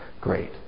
great